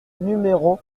numéro